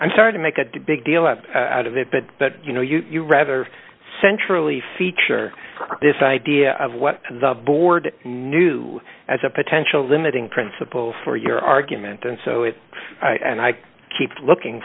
i'm sorry to make a do big deal out of it but but you know you rather centrally feature this idea of what the board knew as a potential limiting principle for your argument and so if i keep looking